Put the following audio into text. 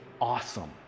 awesome